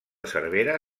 cervera